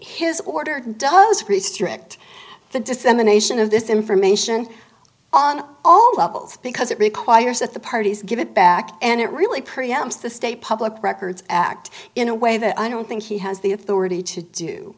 his order does restrict the dissemination of this information on all levels because it requires that the parties give it back and it really pre amps the state public records act in a way that i don't think he has the authority to do